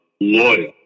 loyal